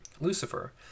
Lucifer